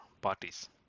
parties